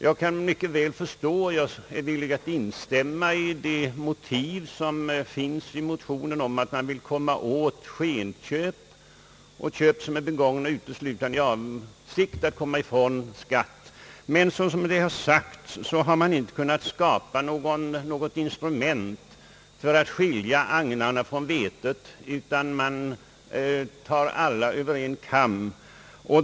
Jag kan mycket väl förstå — öch jag är villig instämma i de motiv som finns i motionen — att man vill komma åt skenköp och köp som görs upp uteslutande i avsikt att komma ifrån skatt, men man har inte, som det har sagts, kunnat skapa något instrument för att skilja agnarna från vetet utan behandlar alla lika.